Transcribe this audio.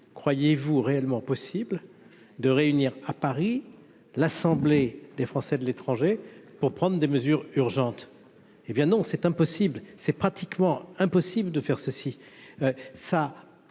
croyez-vous réellement possible de réunir à Paris l'Assemblée des Français de l'étranger pour prendre des mesures urgentes, hé bien non, c'est impossible, c'est pratiquement impossible de faire ceci